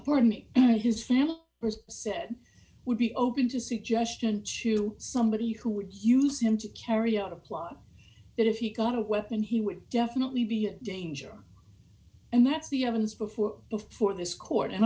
and his family has said would be open to suggestion to somebody who would use him to carry out a plot that if he got a weapon he would definitely be a danger and that's the evidence before before this court and